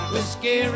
Whiskey